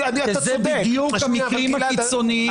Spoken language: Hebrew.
זה בדיוק המקרים הקיצוניים.